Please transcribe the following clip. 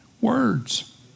Words